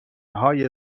های